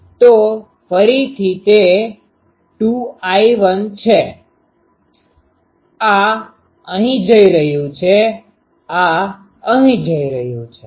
તો તે ફરીથી 2 I1 છે આ અહીં જઈ રહ્યું છે આ અહીં જઇ રહ્યું છે